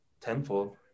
tenfold